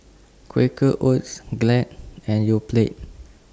Quaker Oats Glad and Yoplait